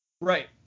Right